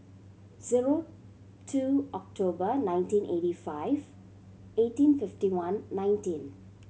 zero two October nineteen eighty five eighteen fifty one nineteen